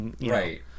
right